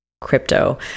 crypto